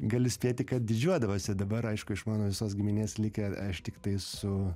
gali spėti kad didžiuodavosi dabar aišku iš mano visos giminės likę tiktai su